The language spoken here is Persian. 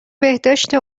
بهداشت